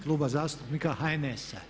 Kluba zastupnika HNS-a.